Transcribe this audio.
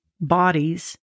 bodies